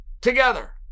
together